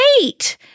wait